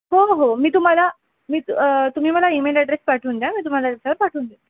हो हो मी तुम्हाला मी त तुम्ही मला ईमेल ॲड्रेस पाठवून द्या मी तुम्हाला पाठवून दे